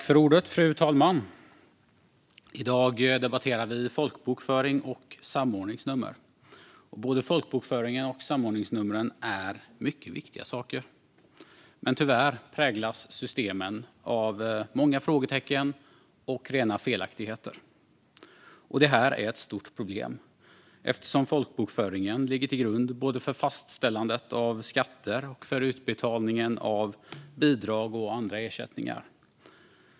Fru talman! I dag debatterar vi folkbokföring och samordningsnummer. Både folkbokföringen och samordningsnumren är mycket viktiga saker, men tyvärr präglas systemen av många frågetecken och rena felaktigheter. Det här är ett stort problem, eftersom folkbokföringen ligger till grund både för fastställandet av skatter och för utbetalningen av bidrag och andra ersättningar.